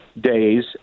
days